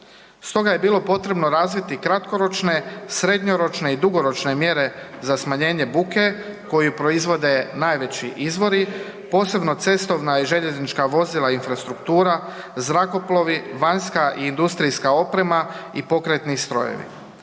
Stoga je bilo potrebno razviti kratkoročne, srednjoročne i dugoročne mjere za smanjenje buke koju proizvode najveći izvori posebno cestovna i željeznička vozila, infrastruktura, zrakoplovi, vanjska i industrijska oprema i pokretni strojevi.